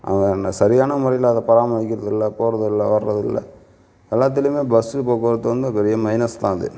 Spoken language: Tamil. அது என்ன சரியான முறையில அதை பராமரிக்கிறது இல்லை போகிறது இல்லை வரது இல்லை எல்லாத்துலேயுமே பஸ்ஸு போக்குவரத்து வந்து பெரிய மைனஸ் தான் அது